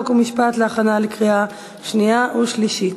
חוק ומשפט להכנה לקריאה שנייה ושלישית.